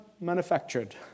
manufactured